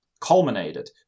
Culminated